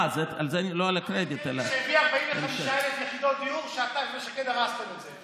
על מי שהביא 45,000 יחידות דיור ואתה ושקד הרסתם את זה.